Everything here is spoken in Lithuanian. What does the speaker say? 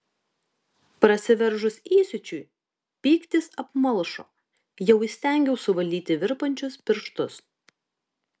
prasiveržus įsiūčiui pyktis apmalšo jau įstengiau suvaldyti virpančius pirštus